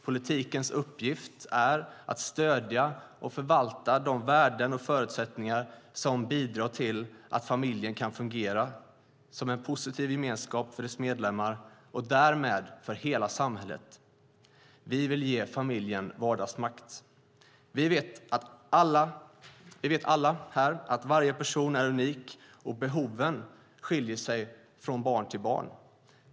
Politikens uppgift är att stödja och förvalta de värden och förutsättningar som bidrar till att familjen kan fungera som en positiv gemenskap för dess medlemmar och därmed för hela samhället. Vi vill ge familjen vardagsmakt. Vi vet alla här att varje person är unik och att behoven skiljer sig från barn till barn.